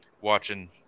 watching